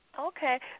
Okay